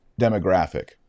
demographic